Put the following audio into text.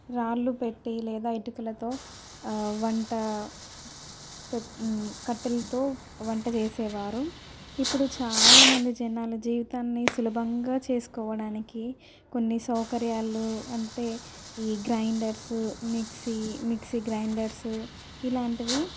రాళ్ళు పెట్టి లేదా ఇటుకలతో వంట పె కట్టెలతో వంట చేసేవారు ఇప్పుడు చాలా మంది జనాలు జీవితాన్ని సులభంగా చేసుకోవడానికి కొన్ని సౌకర్యాలు అంటే ఈ గ్రైండర్సు మిక్సీ మిక్సీ గ్రైండర్సు ఇలాంటివి